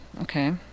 okay